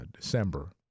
December